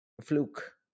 Fluke